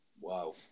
wow